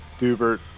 Dubert